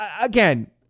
again